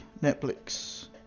Netflix